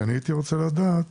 ואני הייתי רוצה לדעת